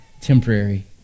temporary